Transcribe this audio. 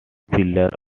pillar